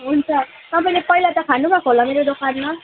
हुन्छ तपाईँले पहिला त खानुभएको होला मेरो दोकानमा